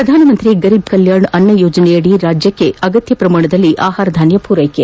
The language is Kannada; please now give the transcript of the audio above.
ಪ್ರಧಾನಮಂತ್ರಿ ಗರೀಬ್ ಕಲ್ಯಾಣ್ ಅನ್ನ ಯೋಜನೆಯಡಿ ರಾಜ್ಯಕ್ಕೆ ಅಗತ್ಯ ಪ್ರಮಾಣದಲ್ಲಿ ಆಹಾರಧಾನ್ಯ ಪೂರೈಕೆ